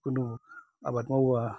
जिखुनु आबाद मावोब्ला